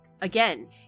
again